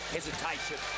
hesitation